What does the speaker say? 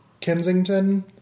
Kensington